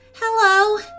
Hello